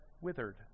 withered